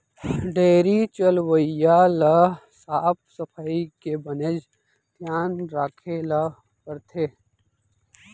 dairy चलवइया ल साफ सफई के बनेच धियान राखे ल परथे